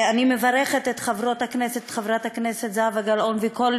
ואני מברכת את חברת הכנסת זהבה גלאון ואת כל